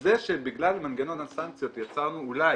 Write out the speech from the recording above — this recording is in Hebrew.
זה שבגלל מנגנון הסנקציות יצרנו אולי,